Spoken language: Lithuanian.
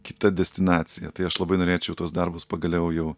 kita destinacija tai aš labai norėčiau tuos darbus pagaliau jau